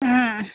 उम्